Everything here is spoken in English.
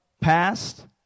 past